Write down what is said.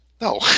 No